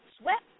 swept